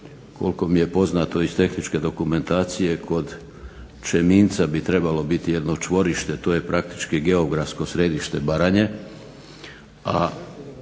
Koliko mi je poznato iz tehničke dokumentacije kod Čeminca bi trebalo biti jedno čvorište, to je praktički geografsko središte Baranje,